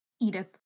Edith